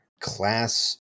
class